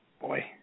Boy